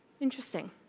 Interesting